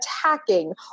Attacking